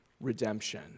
redemption